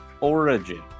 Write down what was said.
origin